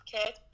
okay